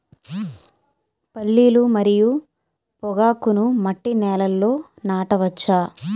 పల్లీలు మరియు పొగాకును మట్టి నేలల్లో నాట వచ్చా?